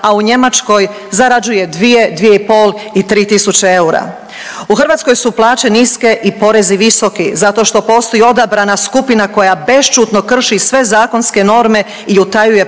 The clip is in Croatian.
a u Njemačkoj zarađuje 2-2,5 i 3 tisuće eura. U Hrvatskoj su plaće niske i porezi visoki zato što postoji odabrana skupina koja bešćutno krši sve zakonske norme i utajuje poreze.